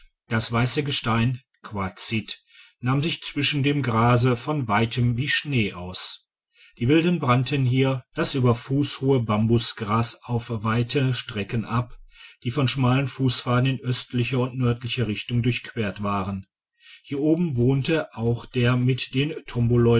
das weisse gestein quarzit nahm sich zwischen dem gras von weitem wie schnee aus die wilden brannten hier das über fuss hohe bambusgras auf weite strecken ab die von schmalen fusspfaden in östlicher und nördlicher richtung durchquert waren hier oben wohnt auch der mit den